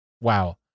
wow